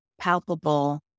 palpable